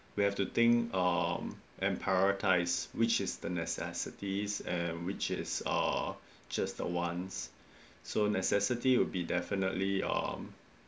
we have to think um and prioritise which is the necessities and which is uh just the wants so necessity will be definitely um